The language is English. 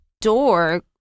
door